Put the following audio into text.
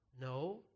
No